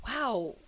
wow